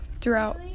throughout